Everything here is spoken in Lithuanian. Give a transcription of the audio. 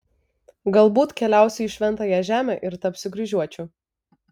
galbūt keliausiu į šventąją žemę ir tapsiu kryžiuočiu